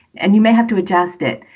and you may have to adjust it,